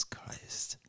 Christ